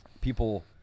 people